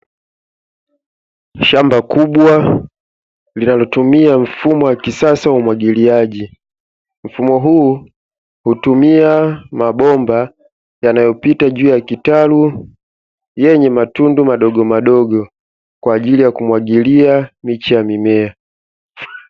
Shamba kubwa linalotumia mfumo wa kisasa wa umwagiliaji, mfumo huu hutumia mabomba yanayopita juu ya kitalu yenye matundu madogomadogo kwa ajili ya kumwagilia miche ya mimea.